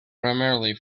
primarily